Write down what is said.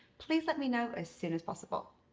please let me know as soon as possible.